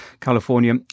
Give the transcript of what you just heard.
California